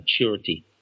maturity